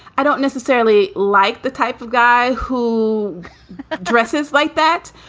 i don't necessarily like the type of guy who dresses like that.